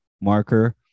Marker